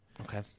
Okay